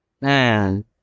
Man